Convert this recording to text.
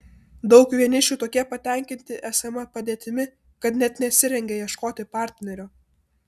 daug vienišių tokie patenkinti esama padėtimi kad net nesirengia ieškoti partnerio